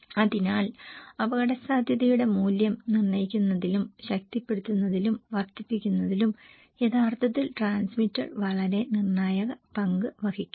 അതിനാൽ അപകടസാധ്യതയുടെ മൂല്യം നിർണ്ണയിക്കുന്നതിലും ശക്തിപ്പെടുത്തുന്നതിലും വർദ്ധിപ്പിക്കുന്നതിലും യഥാർത്ഥത്തിൽ ട്രാൻസ്മിറ്റർ വളരെ നിർണായക പങ്ക് വഹിക്കുന്നു